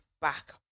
back